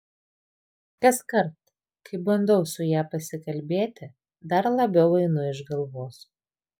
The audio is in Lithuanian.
kaskart kai bandau su ja pasikalbėti dar labiau einu iš galvos